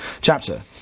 chapter